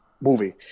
movie